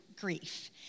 grief